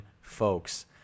folks